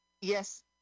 Yes